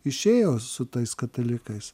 išėjo su tais katalikais